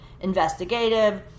investigative